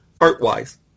art-wise